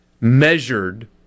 measured